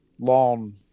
long